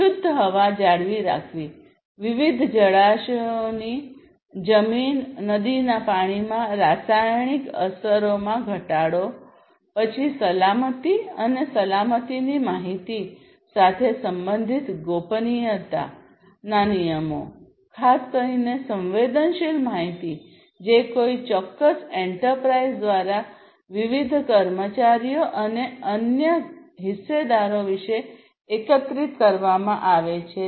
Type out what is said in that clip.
શુધ્ધ હવા જાળવી રાખવી વિવિધ જળાશયોની જમીન નદીના પાણીમાં રાસાયણિક અસરોમાં ઘટાડો પછી સલામતી અને સલામતીની માહિતી સાથે સંબંધિત ગોપનીયતા નિયમો ખાસ કરીને સંવેદનશીલ માહિતી જે કોઈ ચોક્કસ એન્ટરપ્રાઇઝ દ્વારા વિવિધ કર્મચારીઓ અને અન્ય હિસ્સેદારો વિશે એકત્રિત કરવામાં આવે છે